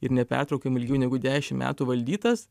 ir nepertraukiamai ilgiau negu dešim metų valdytas